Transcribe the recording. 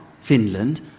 Finland